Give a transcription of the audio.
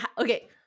okay –